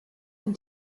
dem